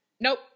Nope